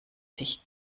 sich